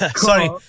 Sorry